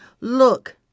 look